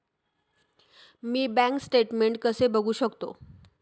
मी bank statement कसे बघू शकतो?